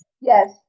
Yes